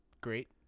Great